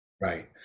Right